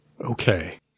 Okay